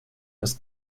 ist